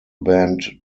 band